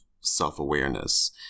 self-awareness